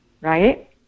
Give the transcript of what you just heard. Right